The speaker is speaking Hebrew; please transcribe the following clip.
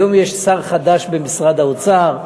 היום יש שר חדש במשרד האוצר,